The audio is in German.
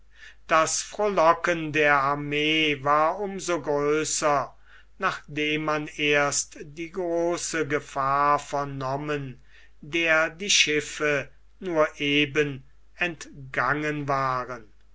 das frohlocken der armee war um so größer nachdem man erst die große gefahr vernommen der die schiffe nur eben entgangen waren